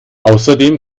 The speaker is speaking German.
außerdem